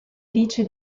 dice